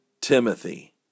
Timothy